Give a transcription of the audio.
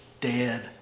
dead